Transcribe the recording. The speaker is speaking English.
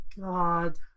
god